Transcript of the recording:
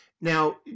Now